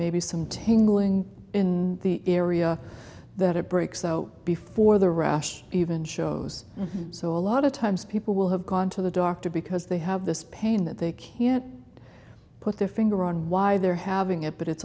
maybe some tingling in the area that it breaks out before the rush even shows so a lot of times people will have gone to the doctor because they have this pain that they can't put their finger on why they're having it but it's